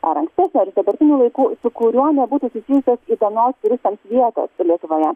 ar ankstesnio ar iš dabartinių laikų kuriuo nebūtų susijusios įdomios turistams vietos lietuvoje